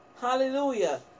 hallelujah